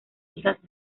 hijas